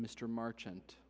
mr marchant